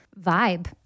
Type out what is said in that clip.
vibe